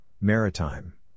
Maritime